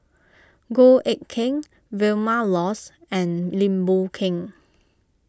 Goh Eck Kheng Vilma Laus and Lim Boon Keng